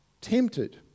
tempted